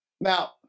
Now